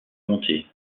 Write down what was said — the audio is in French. montée